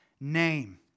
name